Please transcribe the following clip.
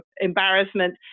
embarrassment